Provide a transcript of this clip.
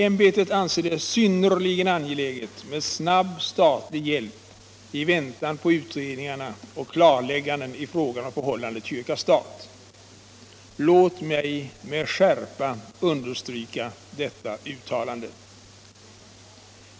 Ämbetet anser det synnerligen angeläget med snabb statlig hjälp i väntan på utredningarna och klarlägganden i frågan om förhållandet kyrka-stat. Låt mig med skärpa understryka detta uttalande.